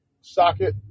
socket